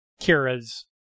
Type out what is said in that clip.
Kira's